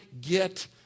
get